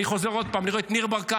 אני חוזר עוד פעם, אני רואה את ניר ברקת